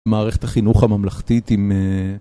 מערכת החינוך הממלכתית אם...